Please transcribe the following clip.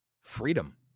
freedom